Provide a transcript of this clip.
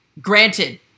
granted